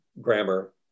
grammar